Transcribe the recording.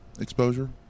exposure